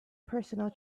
personal